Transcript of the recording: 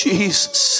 Jesus